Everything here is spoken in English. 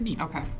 Okay